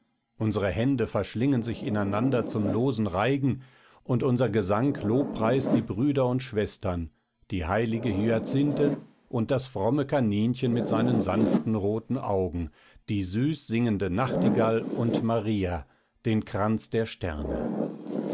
unsere hände verschlingen sich ineinander zum losen reigen und unser gesang lobpreist die brüder und schwestern die heilige hyacinthe und das fromme kaninchen mit seinen sanften roten augen die süß singende nachtigall und maria den kranz der sterne